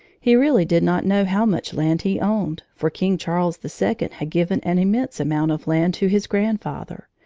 he really did not know how much land he owned, for king charles the second had given an immense amount of land to his grandfather.